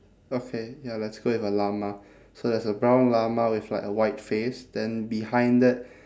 okay ya let's go with a llama so there's a brown llama with like a white face then behind that